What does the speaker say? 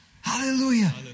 Hallelujah